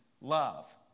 love